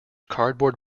cardboard